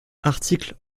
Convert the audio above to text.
article